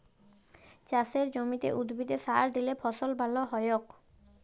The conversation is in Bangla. চাসের জমিতে উদ্ভিদে সার দিলে ফসল ভাল হ্য়য়ক